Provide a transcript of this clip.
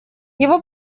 его